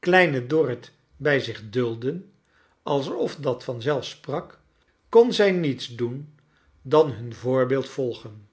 kleine donit bij zich duldden alsof dat van zelf sprak kon zij niets doen dan hun voorbeeld volgen